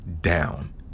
down